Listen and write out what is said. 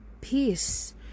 peace